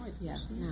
Yes